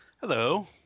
Hello